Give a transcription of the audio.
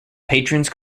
patrons